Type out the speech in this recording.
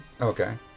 Okay